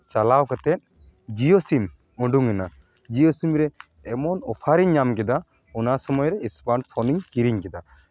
ᱪᱟᱞᱟᱣ ᱠᱟᱛᱮ Jio sim ᱩᱰᱩᱠ ᱮᱱᱟ ᱡᱤᱭᱚ ᱥᱤᱢ ᱨᱮ ᱮᱢᱚᱱ ᱚᱯᱷᱟᱨᱤᱧ ᱧᱟᱢ ᱠᱮᱫᱟ ᱚᱱᱟ ᱥᱚᱢᱚᱭ ᱥᱢᱟᱨᱴ ᱯᱷᱳᱱᱤᱧ ᱠᱤᱨᱤᱧ ᱠᱮᱫᱟ